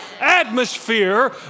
atmosphere